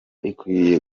ikwiye